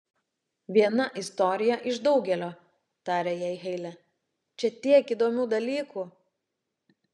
viena istorija iš daugelio tarė jai heile čia tiek įdomių dalykų